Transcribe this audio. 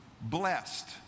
blessed